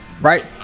right